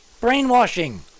brainwashing